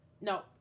No